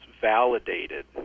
validated